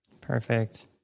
Perfect